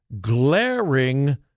glaring